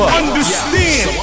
understand